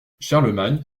charlemagne